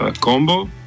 combo